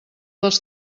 dels